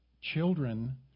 children